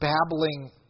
babbling